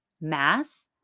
mass